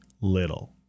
little